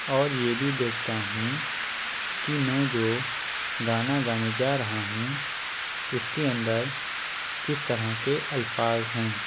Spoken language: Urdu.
اور یہ بھی دیکھتا ہوں کہ میں جو گانا گانے جا رہا ہوں اس کے اندر کس طرح کے الفاظ ہیں